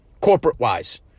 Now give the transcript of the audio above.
corporate-wise